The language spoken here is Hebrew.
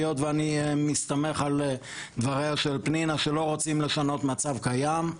היות ואני מסתמך על דבריה של פנינה שלא רוצים לשנות מצב קיים,